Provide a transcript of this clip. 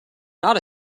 not